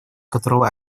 которого